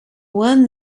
won